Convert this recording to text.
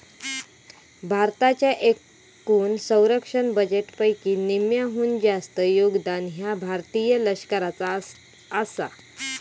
भारताच्या एकूण संरक्षण बजेटपैकी निम्म्याहून जास्त योगदान ह्या भारतीय लष्कराचा आसा